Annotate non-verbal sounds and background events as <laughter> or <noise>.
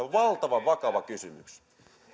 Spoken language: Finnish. <unintelligible> on valtavan vakava kysymys